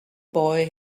boy